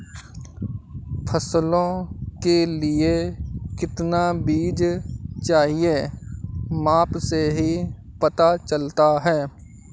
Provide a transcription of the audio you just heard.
फसलों के लिए कितना बीज चाहिए माप से ही पता चलता है